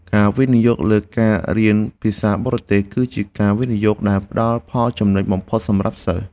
ការវិនិយោគលើការរៀនភាសាបរទេសគឺជាការវិនិយោគដែលផ្តល់ផលចំណេញបំផុតសម្រាប់សិស្ស។